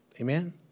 Amen